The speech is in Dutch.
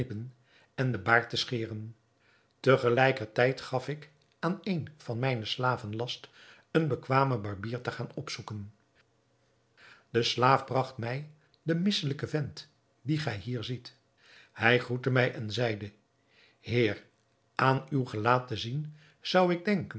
en den baard te scheren te gelijker tijd gaf ik aan een van mijne slaven last een bekwamen barbier te gaan opzoeken de slaaf bragt mij den misselijken vent dien gij hier ziet hij groette mij en zeide heer aan uw gelaat te zien zou ik denken